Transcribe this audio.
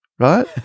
Right